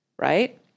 right